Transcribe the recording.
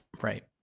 Right